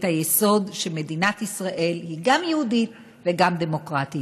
היסוד שמדינת ישראל היא גם יהודית וגם דמוקרטית.